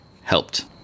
helped